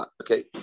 okay